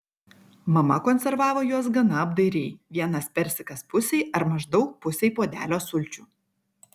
mama konservavo juos gana apdairiai vienas persikas pusei ar maždaug pusei puodelio sulčių